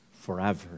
forever